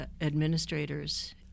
administrators